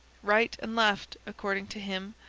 right and left, according to him,